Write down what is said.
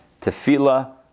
tefillah